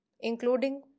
including